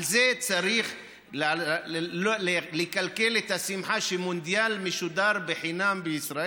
על זה צריך לקלקל את השמחה שהמונדיאל משודר חינם בישראל?